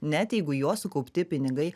net jeigu jo sukaupti pinigai